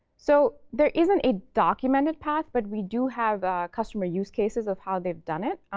so there isn't a documented path. but we do have customer use cases of how they've done it.